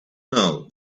now